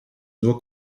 nur